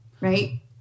right